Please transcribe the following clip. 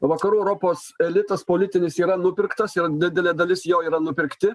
vakarų europos elitas politinis yra nupirktas yra didelė dalis jo yra nupirkti